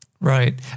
Right